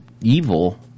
evil